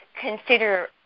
consider